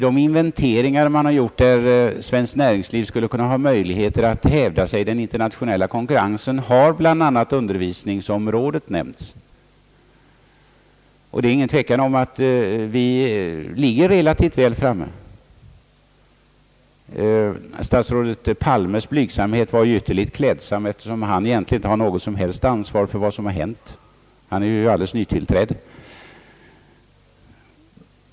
De inventeringar som har gjorts beträffande svenskt näringslivs möjligheter att hävda sig i den internationella konkurrensen har bl.a. omfattat undervisningsområdet. Det är ingen tvekan om att vi där ligger relativt väl framme. Statsrådet Palmes blygsamhet var ju ytterligt klädsam, eftersom han egentligen inte har något som helst ansvar för vad som har hänt; han är ju alldeles nytillträdd.